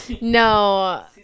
no